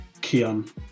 Kian